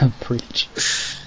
Preach